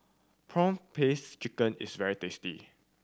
prawn paste chicken is very tasty